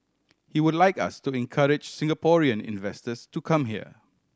he would like us to encourage Singaporean investors to come here